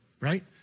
right